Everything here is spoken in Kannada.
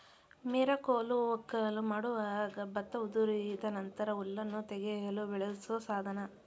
ಮೆರಕೋಲು ವಕ್ಕಲು ಮಾಡುವಾಗ ಭತ್ತ ಉದುರಿದ ನಂತರ ಹುಲ್ಲನ್ನು ತೆಗೆಯಲು ಬಳಸೋ ಸಾಧನ